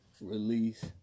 release